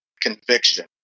conviction